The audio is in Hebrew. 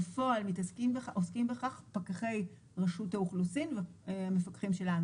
בפועל עוסקים בכך פקחי רשות האוכלוסין והמפקחים שלנו,